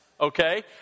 Okay